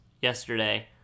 yesterday